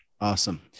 awesome